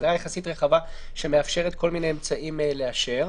הגדרה יחסית רחבה שמאפשרת כל מיני אמצעים לאשר.